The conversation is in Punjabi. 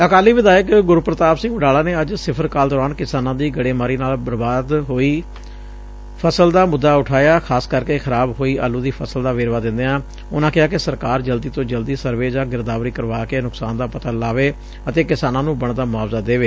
ਅਕਾਲੀ ਵਿਧਾਇਕ ਗੁਰਪੁਤਾਪ ਸਿੰਘ ਵਡਾਲਾ ਨੇ ਅੱਜ ਸਿਫ਼ਰ ਕਾਲ ਦੌਰਾਨ ਕਿਸਾਨਾਂ ਦੀ ਗੜੇਮਾਰੀ ਨਾਲ ਬਰਬਾਦ ਹੋਈ ਫਸਲ ਦਾ ਮੁੱਦਾ ਉਠਾਇਆ ਖ਼ਾਸ ਕਰਕੇ ਖਰਾਬ ਹੋਈ ਆਲੂ ਦੀ ਫਸਲ ਦਾ ਵੇਰਵਾ ਦਿੰਦਿਆਂ ਉਨੂਾ ਕਿਹਾ ਕਿ ਸਰਕਾਰ ਜਲਦੀ ਤੋ ਜਲਦੀ ਸਰਵੇ ਜਾ ਗਿਰਦਾਵਰੀ ਕਰਵਾ ਕੇ ਨੂਕਸਾਨ ਦਾ ਪਤਾ ਲਾਵੇ ਅਤੇ ਕਿਸਾਨਾਂ ਨੂੰ ਬਣਦਾ ਮੁਆਵਜ਼ਾ ਦੇਵੇ